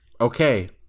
Okay